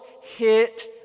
hit